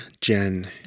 Jen